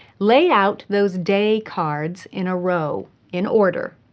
lay out those day cards in a row in order.